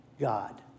God